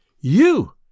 You